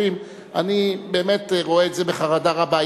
ואלה דברים שקורים אני באמת רואה את זה בחרדה רבה.